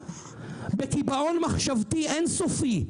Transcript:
בקיבעון מחשבתי אינסופי,